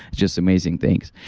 just amazing things.